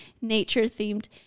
nature-themed